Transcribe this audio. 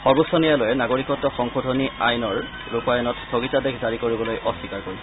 সৰ্বোচ্চ ন্যায়ালয়ে নাগৰিকত্ব সংশোধনী আইনৰ ৰূপায়ণত স্থগিতাদেশ জাৰি কৰিবলৈ অস্বীকাৰ কৰিছে